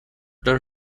their